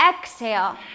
exhale